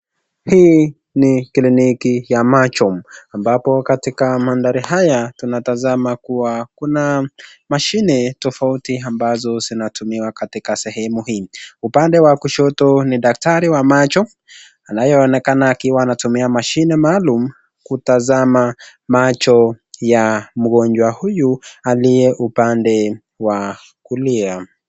Hii ni kliniki ya macho ambapo katika maandari haya tunatazama kuwa kuna mashini tofauti ambazo zinatumika katika sehemu hii. Upande wa kushoto ni daktari wa macho anayeonekana akiwa akitumia mashini maalum kutasama macho ya mgonjwa huyu aliye upande wa kulia.